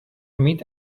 meet